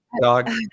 Dog